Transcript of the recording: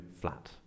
flat